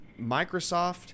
Microsoft